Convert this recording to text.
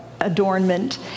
adornment